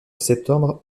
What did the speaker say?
septembre